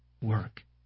work